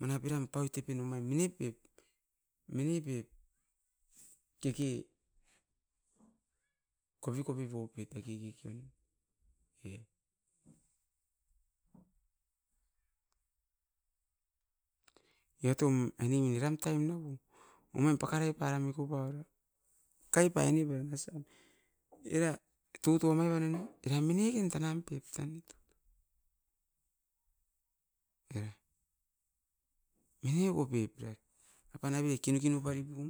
Manap eram pau tepen omai mine pep, mine pep deke kopikopi popet dake kikion. E evatom ainemin eram taim nau omaim pakarai para miku para kai painip eran osan, era tutua mai benana era minekin tanaim pep tan neta, mineku pip tai apan nave kinukinu vari pum.